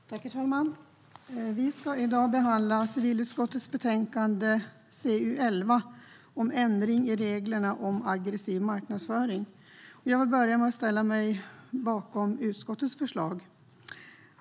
Herr talman! Vi ska i dag behandla civilutskottets betänkande CU11 om ändring i reglerna om aggressiv marknadsföring. Jag vill börja med att ställa mig bakom utskottets förslag.